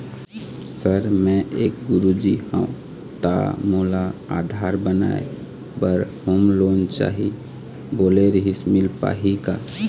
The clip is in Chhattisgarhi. सर मे एक गुरुजी हंव ता मोला आधार बनाए बर होम लोन चाही बोले रीहिस मील पाही का?